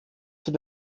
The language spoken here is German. für